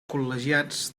col·legiats